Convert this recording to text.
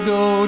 go